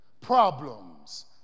problems